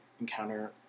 encounter